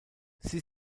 sie